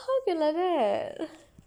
how can like that